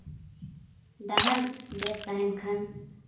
ᱰᱟᱦᱟᱨ ᱵᱮᱥ ᱛᱟᱦᱮᱱ ᱠᱷᱟᱱ